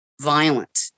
violent